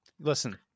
Listen